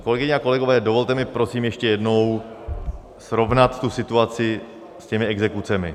Kolegyně a kolegové, dovolte mi prosím ještě jednou srovnat tu situaci s těmi exekucemi.